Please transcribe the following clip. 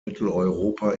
mitteleuropa